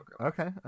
okay